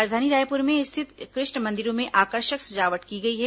राजधानी रायपुर में स्थित कृष्ण मंदिरों में आकर्षक सजावट की गई है